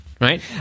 right